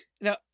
Now